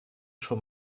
schon